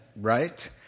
right